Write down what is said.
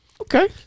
Okay